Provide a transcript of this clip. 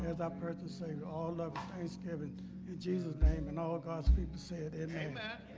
that person saved all of thanksgiving jesus name and all god's people said and amen